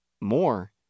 more